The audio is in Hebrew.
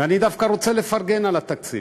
ואני דווקא רוצה לפרגן על התקציב.